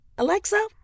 Alexa